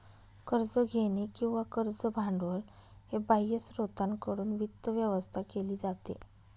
कर्ज घेणे किंवा कर्ज भांडवल हे बाह्य स्त्रोतांकडून वित्त व्यवस्था केली जाते